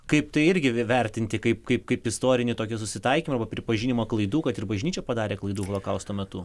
kaip tai irgi vertinti kaip kaip kaip istorinį tokį susitaikymą arba pripažinimą klaidų kad ir bažnyčia padarė klaidų holokausto metu